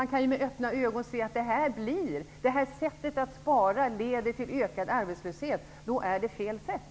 Man kan med öppna ögon se att det sättet att spara leder till ökad arbetslöshet. Då är det fel sätt.